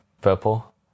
purple